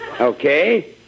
Okay